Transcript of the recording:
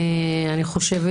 אני חושבת